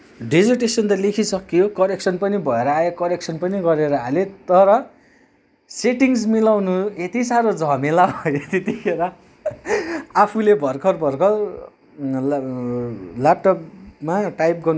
dissertation त लेखिसक्यो correction पनि भएर आयो करेक्सन पनि गरेर हालेँ तर सेटिङ्स मिलाउनु यति साह्रो झमेला भयो त्यतिखेर आफूले भर्खर भर्खर ल्यापटपमा टाइप गर्नु सिकेको